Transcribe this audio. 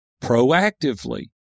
proactively